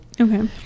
okay